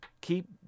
keep